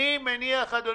אני מניח, אדוני,